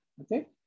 Okay